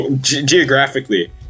geographically